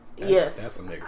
Yes